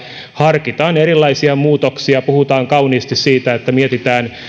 harkitaan erilaisia muutoksia puhutaan kauniisti siitä että mietitään